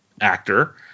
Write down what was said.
actor